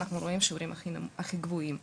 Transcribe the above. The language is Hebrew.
אנחנו רואים את השיעורים הגבוהים ביותר.